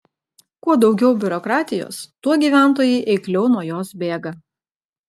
kuo daugiau biurokratijos tuo gyventojai eikliau nuo jos bėga